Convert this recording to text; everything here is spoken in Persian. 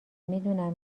میدونم